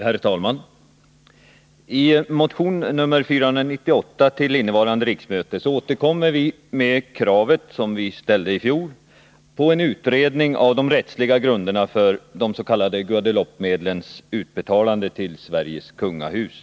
Herr talman! I motion nr 498 till innevarande riksmöte återkommer vi med krav på utredning av de rättsliga grunderna för de s.k. Guadeloupemedlens utbetalande till Sveriges kungahus.